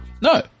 No